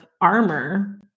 armor